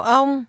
ông